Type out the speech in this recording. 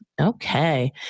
Okay